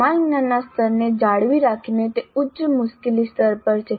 સમાન જ્ઞાનના સ્તરને જાળવી રાખીને તે ઉચ્ચ મુશ્કેલી સ્તર પર છે